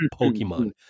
pokemon